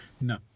No